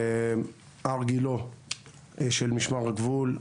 הר גילה של משמר הגבול,